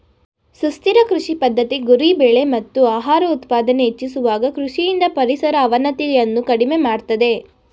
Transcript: ಸುಸ್ಥಿರ ಕೃಷಿ ಪದ್ಧತಿ ಗುರಿ ಬೆಳೆ ಮತ್ತು ಆಹಾರ ಉತ್ಪಾದನೆ ಹೆಚ್ಚಿಸುವಾಗ ಕೃಷಿಯಿಂದ ಪರಿಸರ ಅವನತಿಯನ್ನು ಕಡಿಮೆ ಮಾಡ್ತದೆ